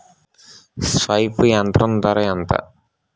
Spray యంత్రం ధర ఏంతా?